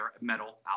metal